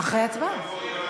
אחרי ההצבעה?